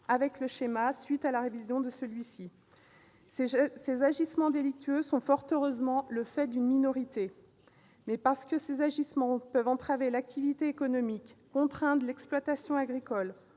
à la suite de la révision de celui-ci. Ces agissements délictueux sont fort heureusement le fait d'une minorité, mais parce que ces agissements peuvent entraver l'activité économique, contraindre l'exploitation agricole,